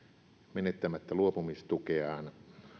menettämättä luopumistukeaan